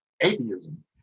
atheism